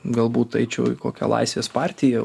galbūt eičiau į kokią laisvės partiją